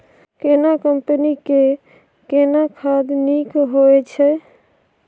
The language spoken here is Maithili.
केना कंपनी के केना खाद नीक होय छै?